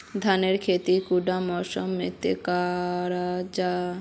धानेर खेती कुंडा मौसम मोत करा जा?